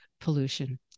pollution